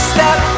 Step